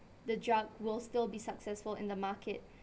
the drug will still be successful in the market